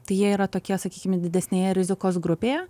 tai jie yra tokie sakykime didesnėje rizikos grupėje